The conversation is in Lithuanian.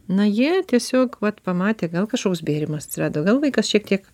na jie tiesiog vat pamatė gal kažkoks bėrimas atsirado gal vaikas šiek tiek